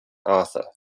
arthur